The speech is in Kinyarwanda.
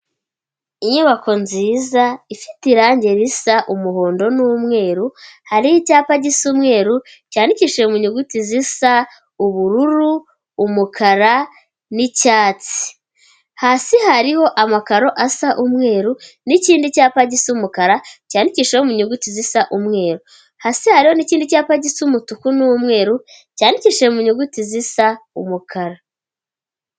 Inyubako nziza ifite irangi risa umuhondo n'umweru hari icyapa gisa umweru cyandikishije mu nyuguti zisa ubururu, umukara n'icyatsi. Hasi hariho amakaro asa umweru n'ikindi cyapa gisi umukara cyandikishijeho mu nyuguti zisa umweru hasi hari n'ikindi cyapa gisa umutuku n'umweru cyandikishije mu nyuguti zisa umukara.